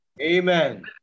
Amen